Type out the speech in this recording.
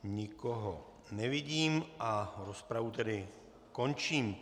Nikoho nevidím, rozpravu tedy končím.